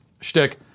shtick